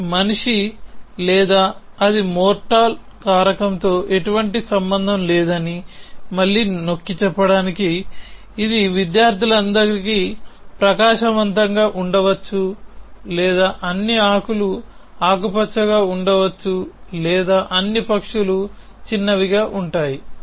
ఇది మనిషి లేదా అది మోర్టల్ కారకంతో ఎటువంటి సంబంధం లేదని మళ్ళీ నొక్కిచెప్పడానికి ఇది విద్యార్థులందరికీ ప్రకాశవంతంగా ఉండవచ్చు లేదా అన్ని ఆకులు ఆకుపచ్చగా ఉండవచ్చు లేదా అన్ని పక్షులు చిన్నవిగా ఉంటాయి